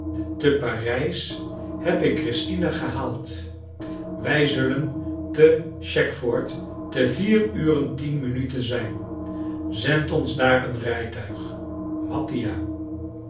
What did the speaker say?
te parijs heb ik christina gehaald wij zullen te chegford te vier uren tien minuten zijn zend ons daar een rijtuig mattia